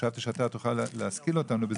חשבתי שתוכל להשכיל אותנו.